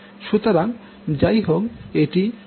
সুতরাং যাই হোক এটি 0 হবে